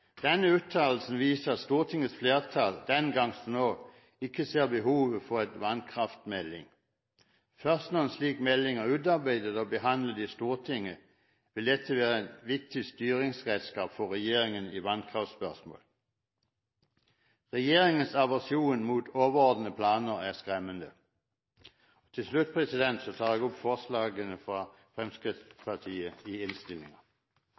Denne uttalelsen viser at Stortingets flertall – den gang som nå – ikke ser behovet for en vannkraftmelding. Først når en slik melding er utarbeidet og behandlet i Stortinget, vil dette være et viktig styringsredskap for regjeringen i vannkraftspørsmål. Regjeringens aversjon mot overordnede planer er skremmende. Til slutt tar jeg opp forslaget fra Fremskrittspartiet i